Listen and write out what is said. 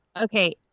Okay